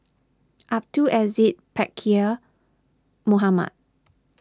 Abdul Aziz Pakkeer Mohamed